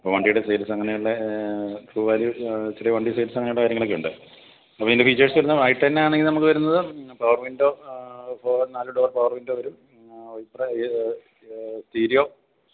അപ്പോൾ വണ്ടിയുടെ സെയിൽസ് അങ്ങനെയുള്ള ട്രൂ വാല്യൂ ചെറിയ വണ്ടി സെയിൽസ് അങ്ങനെയുള്ള കാര്യങ്ങളൊക്കെ ഉണ്ട് അപ്പോൾ ഇതിൻ്റെ ഫീച്ചേർസ് വരുന്നത് ഐ ടെൻ ആണെങ്കിൽ നമുക്ക് വരുന്നത് പവർ വിൻഡോ ഫോർ നാല് ഡോർ പവർ വിൻഡോ വരും പിന്നെ സ്റ്റീരിയോ